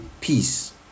peace